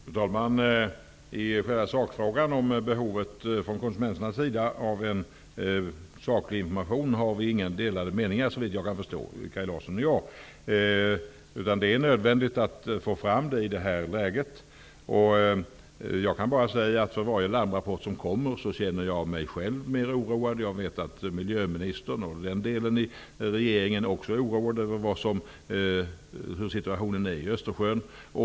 Fru talman! I själva sakfrågan -- behovet från konsumenternas sida av saklig information -- har vi inga delade meningar, såvitt jag kan förstå. Det är nödvändigt att få fram saklig information i det här läget. Jag kan bara säga att varje larmrapport som kommer gör mig oroad. Jag vet att miljöministern -- och för den delen hela regeringen -- är också oroad över situationen i Östersjön.